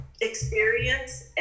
experience